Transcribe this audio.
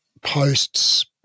posts